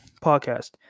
podcast